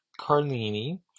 Carlini